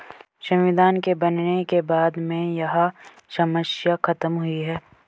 संविधान के बनने के बाद में यह समस्या खत्म हुई है